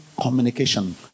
communication